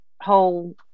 whole